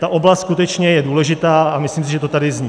Ta oblast skutečně je důležitá a myslím, že to tady zní.